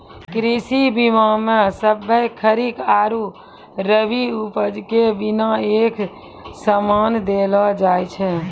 कृषि बीमा मे सभ्भे खरीक आरु रवि उपज के बिमा एक समान देलो जाय छै